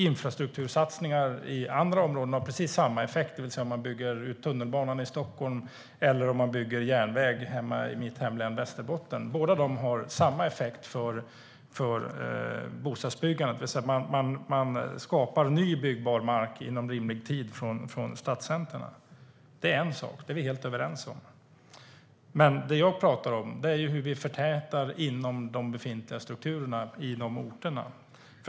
Infrastruktursatsningar i andra områden har precis samma effekt. Om man bygger ut tunnelbanan i Stockholm eller om man bygger järnväg i mitt hemlän Västerbotten har det samma effekt för bostadsbyggandet, det vill säga att man skapar ny byggbar mark inom rimlig tid från stadscentrumen. Det är en sak; det är vi helt överens om. Men det jag pratar om är hur vi förtätar inom de befintliga strukturerna på de orterna.